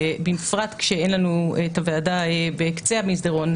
במיוחד שאין לנו את הוועדה בקצה המסדרון,